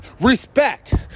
respect